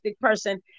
person